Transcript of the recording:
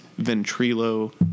Ventrilo